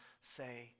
say